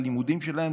ללימודים שלהם,